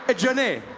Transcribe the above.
ah johnny!